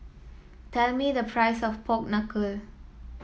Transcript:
tell me the price of Pork Knuckle